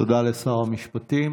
תודה לשר המשפטים.